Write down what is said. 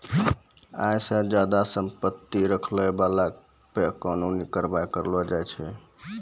आय से ज्यादा संपत्ति रखै बाला पे कानूनी कारबाइ करलो जाय छै